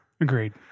Agreed